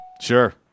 Sure